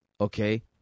okay